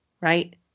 right